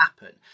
happen